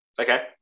Okay